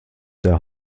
der